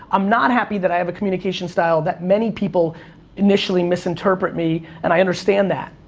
i'm not happy that i have a communication style that many people initially misinterpret me, and i understand that.